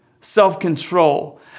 self-control